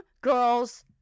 girls